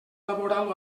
laboral